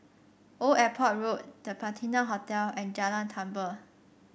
Old Airport Road The Patina Hotel and Jalan Tambur